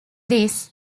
these